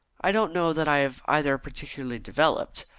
i don't know that i have either particularly developed.